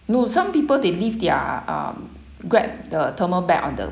no some people they leave their um grab the thermal bag on the